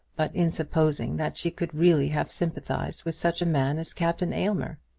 but in supposing that she could really have sympathised with such a man as captain aylmer.